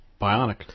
Bionic